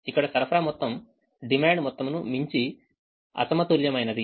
ఇక్కడ సరఫరా మొత్తం డిమాండ్ మొత్తం ను మించి అసమతుల్యమైనది